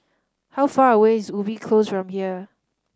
how far away is Ubi Close from here